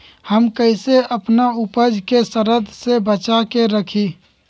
हम कईसे अपना उपज के सरद से बचा के रखी?